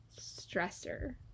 stressor